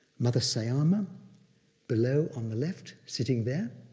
mother sayama below on the left sitting there.